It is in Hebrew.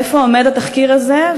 איפה עומד התחקיר הזה?